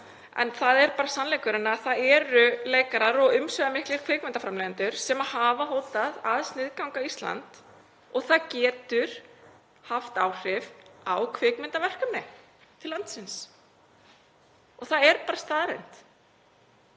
en það er bara sannleikurinn að það eru leikarar og umsvifamiklir kvikmyndaframleiðendur sem hafa hótað að sniðganga Ísland og það getur haft áhrif á kvikmyndaverkefni til landsins. Það er bara staðreynd.